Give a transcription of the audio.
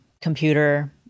computer